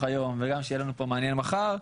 היום וגם שיהיה לנו מעניין פה מחר,